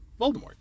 Voldemort